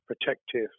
protective